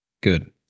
Good